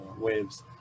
waves